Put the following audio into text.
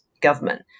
government